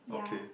okay